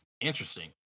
interesting